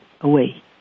away